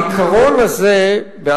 תשאיר גם לנו זמן, תקצר.